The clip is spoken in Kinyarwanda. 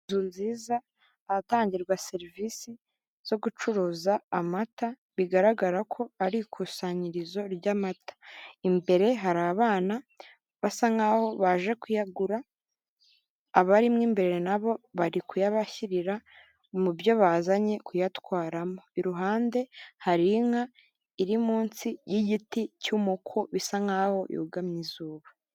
Inzu nziza, ahatangirwa serivisi zo gucuruza amata, bigaragara ko ari ikusanyirizo ry'amata. Imbere hari abana basa nk'aho baje kuyagura, abari mo imbere na bo bari kuyabashyirira mu byo bazanye kuyatwaramo. Iruhande hari inka iri munsi y'igiti cy'umuko, bisa nk'aho yugamye izuba.